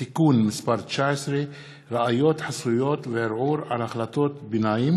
ט' באדר התשע"ז (7 במרס 2017)